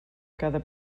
cada